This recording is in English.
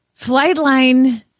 Flightline